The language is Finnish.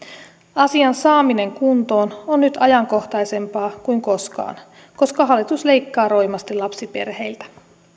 asian saaminen kuntoon on nyt ajankohtaisempaa kuin koskaan koska hallitus leikkaa roimasti lapsiperheiltä